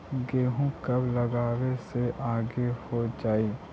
गेहूं कब लगावे से आगे हो जाई?